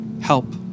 Help